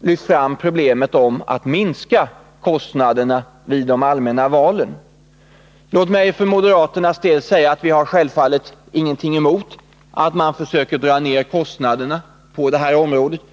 lyft fram problemet med att minska kostnaderna vid de allmänna valen. Låt mig för moderaternas del säga att vi självfallet inte har någonting emot att man försöker dra ner kostnaderna på detta område.